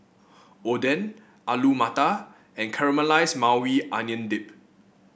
Oden Alu Matar and Caramelized Maui Onion Dip